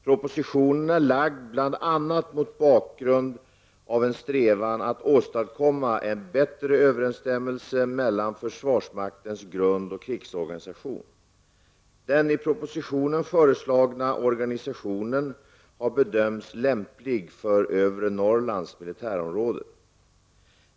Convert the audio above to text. Propositionen är lagd bl.a. mot bakgrund av en strävan att åstadkomma en bättre överensstämmelse mellan försvarsmaktens grundorganisation och dess krigsorganisation. Den i propositionen föreslagna organisationen har bedömts lämplig för Övre Norrlands militärområde.